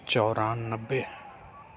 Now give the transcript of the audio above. چورانوے